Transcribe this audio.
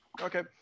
Okay